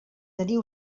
tenir